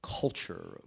culture